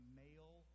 male